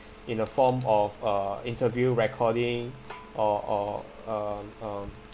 in a form of uh interview recording or or um um